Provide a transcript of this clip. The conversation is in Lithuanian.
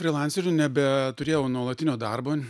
frilanceriu nebeturėjau nuolatinio darbo